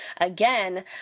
again